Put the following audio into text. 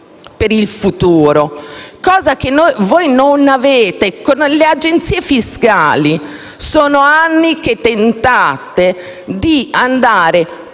per il futuro, cosa che voi non avete. Con le Agenzie fiscali sono anni che tentate di andare